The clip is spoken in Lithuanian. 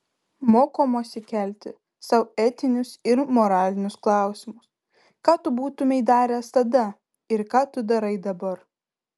mokomasi kelti sau etinius ir moralinius klausimus ką tu būtumei daręs tada ir ką tu darai dabar